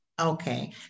Okay